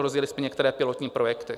Rozjeli jsme některé pilotní projekty.